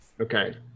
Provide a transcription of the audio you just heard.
Okay